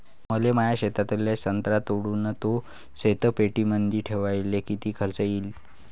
मले माया शेतातला संत्रा तोडून तो शीतपेटीमंदी ठेवायले किती खर्च येईन?